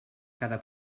cada